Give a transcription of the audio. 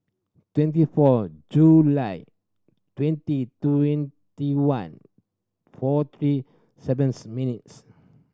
twenty four July twenty twenty one four three sevens minutes